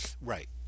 Right